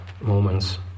moments